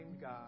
God